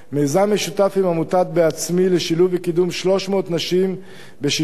מיזם משותף עם עמותת "בעצמי" לשילוב וקידום 300 נשים בשישה